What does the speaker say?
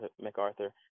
MacArthur